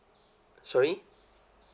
sorry